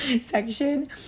section